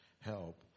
help